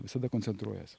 visada koncentruojuos